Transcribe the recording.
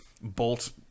bolt